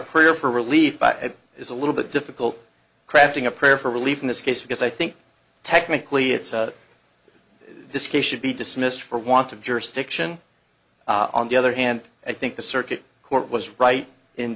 career for relief is a little bit difficult crafting a prayer for relief in this case because i think technically it's this case should be dismissed for want of jurisdiction on the other hand i think the circuit court was right in